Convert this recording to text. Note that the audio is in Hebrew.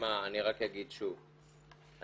רק אגיד שוב,